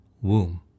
womb